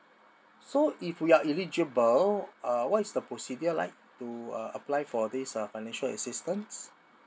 so if you are eligible uh what is the procedure like to uh apply for this uh financial assistance